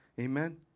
Amen